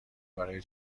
برای